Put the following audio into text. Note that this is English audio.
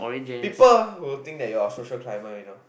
people will think that you're a social climber you know